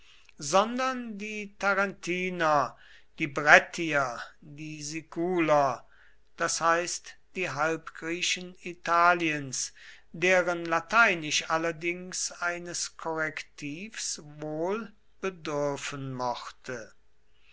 sondern die tarentiner die brettier die siculer das heißt die halbgriechen italiens deren lateinisch allerdings eines korrektivs wohl bedürfen mochte